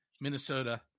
Minnesota